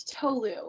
Tolu